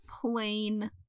plain